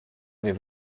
avait